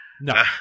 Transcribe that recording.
No